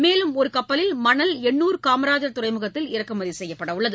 மேலும் ஒரு கப்பலில் காமராஜர் துறைமுகத்தில் இறக்குமதி செய்யப்படவுள்ளது